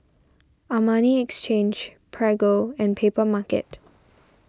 Armani Exchange Prego and Papermarket